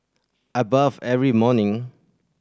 I bathe every morning